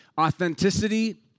authenticity